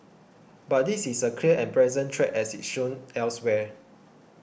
but this is a clear and present threat as it shown elsewhere